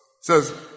says